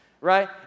right